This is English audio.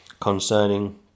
concerning